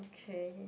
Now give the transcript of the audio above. okay